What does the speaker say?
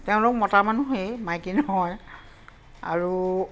তেওঁলোক মতা মানুহেই মাইকী নহয় আৰু